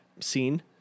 scene